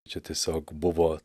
čia tiesiog buvo